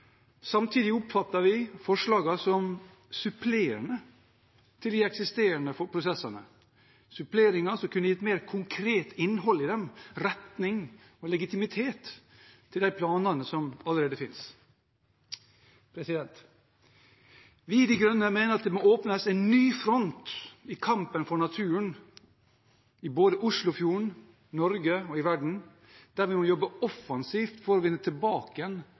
Samtidig oppfatter vi forslagene som supplerende til de eksisterende prosessene, suppleringer som kunne gitt mer konkret innhold i den retning, og legitimitet til de planene som allerede finnes. Vi i De Grønne mener det må åpnes for en ny front i kampen for naturen, både i Oslofjorden, i Norge og i verden, der vi må jobbe offensivt for å vinne tilbake igjen